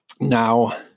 Now